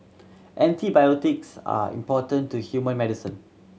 antibiotics are important to human medicine